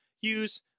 use